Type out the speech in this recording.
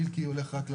מילקי הולך רק ללחימה,